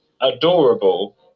adorable